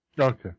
Okay